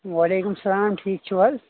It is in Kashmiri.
وعلیکم اسلام ٹھیٖک چھُو حظ